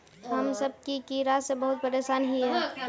हम सब की कीड़ा से बहुत परेशान हिये?